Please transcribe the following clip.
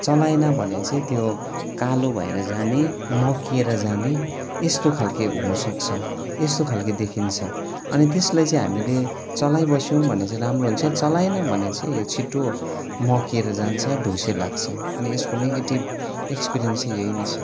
चलाएन भने चाहिँ त्यो कालो भएर जाने मक्किएर जाने यस्तो खालको हुनसक्छ यस्तो खालको देखिन्छ अनि त्यसलाई चाहिँ हामीले चलाइबस्यौँ भने चाहिँ राम्रो हुन्छ चलाएन भने चाहिँ यो छिटो मक्किएर जान्छ डुस्से लाग्छ अनि यसको नेगेटिभ एक्सपिरियन्स चाहिँ यही नै छ